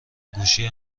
گوشی